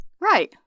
Right